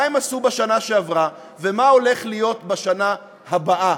מה הם עשו בשנה שעברה ומה הולך להיות בשנה הבאה.